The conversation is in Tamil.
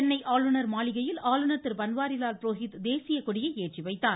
சென்னை ஆளுநர் மாளிகையில் ஆளுநர் திரு பன்வாரிலால் புரோஹித் தேசிய கொடியை ஏற்றிவைத்தார்